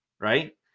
right